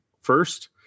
first